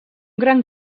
gran